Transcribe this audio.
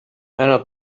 أنا